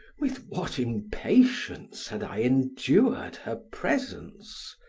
with what impatience had i endured her presence.